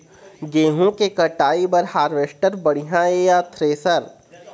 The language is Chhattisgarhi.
गेहूं के कटाई बर हारवेस्टर बढ़िया ये या थ्रेसर?